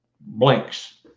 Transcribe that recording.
blanks